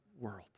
world